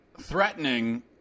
threatening